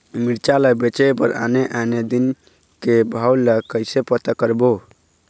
मिरचा ला बेचे बर आने आने दिन के भाव ला कइसे पता करबो?